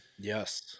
Yes